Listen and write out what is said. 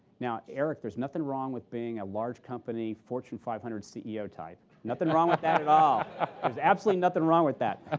now, eric, there's nothing wrong with being a large company, fortune five hundred ceo type, nothing wrong with that at all. there's absolutely nothing wrong with that.